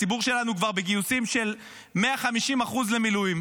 הציבור שלנו כבר בגיוסים של 150% למילואים